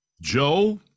Joe